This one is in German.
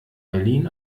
berlin